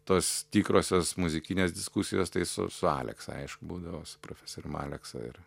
tos tikrosios muzikinės diskusijos tai su su aleksa aišku būdavo su profesorium aleksa ir